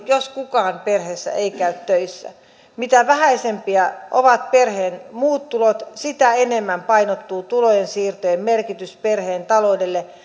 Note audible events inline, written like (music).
jos kukaan perheessä ei käy töissä mitä vähäisempiä ovat perheen muut tulot sitä enemmän painottuu tulonsiirtojen merkitys perheen taloudelle (unintelligible)